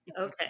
Okay